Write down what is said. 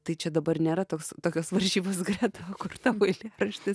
tai čia dabar nėra toks tokios varžybos greta o kur tavo eilėraštis